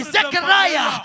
Zechariah